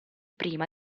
prima